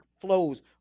flows